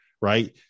Right